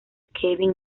kevin